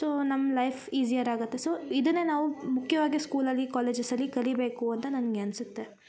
so ನಮ್ಮ life easier ಆಗತ್ತೆ so ಇದನ್ನೆ ನಾವು ಮುಖ್ಯವಾಗಿ ಸ್ಕೂಲಲ್ಲಿ ಕಾಲೇಜಸಲ್ಲಿ ಕಲಿಯಬೇಕು ಅಂತ ನನಗೆ ಅನ್ಸತ್ತೆ